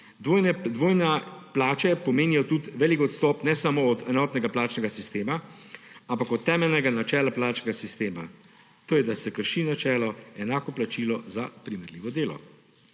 Dvojne plače pomenijo tudi veliko odstopanje ne samo od enotnega plačnega sistema, ampak od temeljnega načela plačnega sistema; to je, da se krši načelo enako plačilo za primerljivo delo.